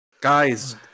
Guys